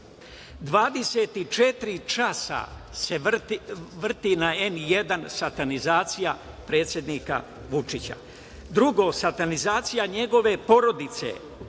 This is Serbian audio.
časa se vrti na N1 satanizacija predsednika Vučića. Drugo, satanizacija njegove porodice,